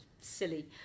silly